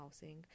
housing